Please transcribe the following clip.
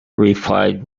replied